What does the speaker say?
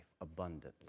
abundantly